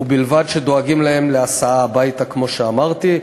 ובלבד שדואגים להם להסעה הביתה, כמו שאמרתי.